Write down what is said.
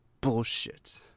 Bullshit